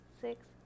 six